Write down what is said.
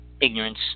ignorance